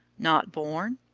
not born.